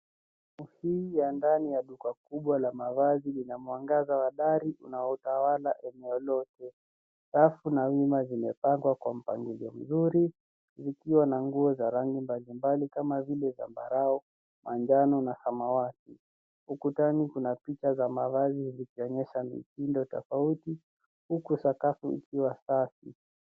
Upeo wa ndani ya duka kubwa la mavazi ina mwangaza wa dari unaotawala eneo lote. Rafu na nyuma zimepangwa kwa mpangilio nzuri, zikiwa na nguo za rangi mbalimbali kama vile zambarau, manjano na samawati. Ukutani kuna picha za mavazi zikionyesha mitindo tofauti huku sakafu ikiwa safi.